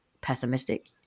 pessimistic